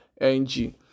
ng